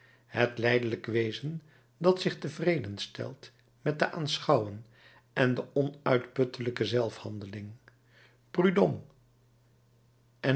het lijdelijk wezen dat zich tevreden stelt met te aanschouwen en de onuitputtelijke zelfhandeling